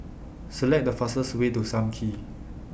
Select The fastest Way to SAM Kee